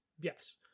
Yes